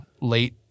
late